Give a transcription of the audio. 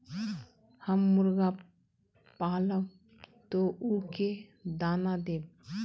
हम मुर्गा पालव तो उ के दाना देव?